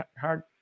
hard